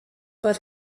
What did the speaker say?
but